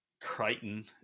Crichton